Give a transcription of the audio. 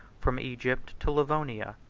from egypt to livonia,